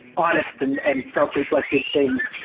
honest and and self reflective things.